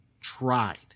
tried